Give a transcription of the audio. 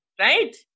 Right